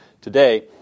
today